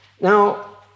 Now